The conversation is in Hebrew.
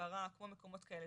מתפרה וכמו מקומות כאלה.